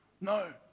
No